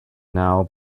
now